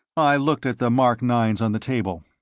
i looked at the mark nine s on the table.